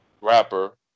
rapper